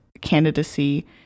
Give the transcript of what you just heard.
candidacy